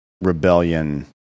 rebellion